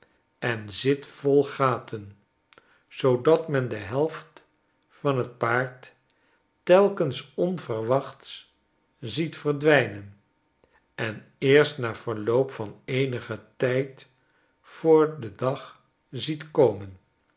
en zit vol gaten zoodat men de helft van t paard telkens onverwachts ziet verdwijnen en eerst na verloop van eenigen tijd voor den dag ziet komen